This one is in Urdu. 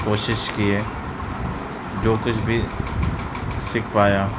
کوشش کیے جو کچھ بھی سیکھ پایا